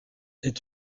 est